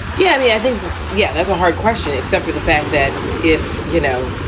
yeah. and yeah, i think yeah, that's a hard question, except for the fact that if, you know,